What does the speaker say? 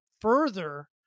further